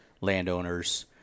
landowners